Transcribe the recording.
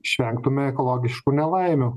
išvengtume ekologiškų nelaimių